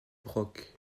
broc